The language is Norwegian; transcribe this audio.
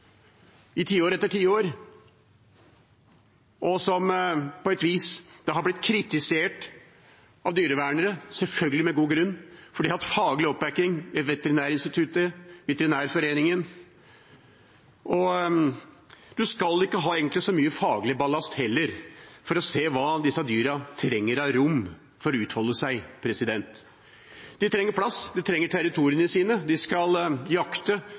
i tiår etter tiår, noe som på et vis har blitt kritisert av dyrevernere – selvfølgelig med god grunn, for de har hatt faglig oppbakking av Veterinærinstituttet og Veterinærforeningen. En skal egentlig heller ikke ha så mye faglig ballast for å se hva disse dyrene trenger av rom for å utfolde seg. De trenger plass, de trenger territoriene sine, de skal jakte,